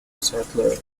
settler